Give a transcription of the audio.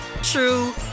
true